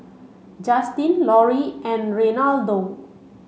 Juston Lorri and Reynaldo